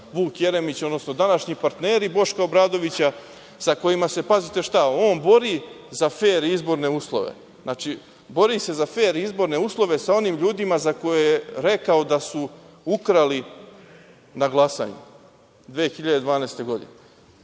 Vuk Jeremić, odnosno današnji partneri Boška Obradovića sa kojima se, pazite šta, on bori za fer izborne uslove? Znači, bori se za fer izborne uslove sa onim ljudima za koje je rekao da su ukrali na glasanju 2012. godine.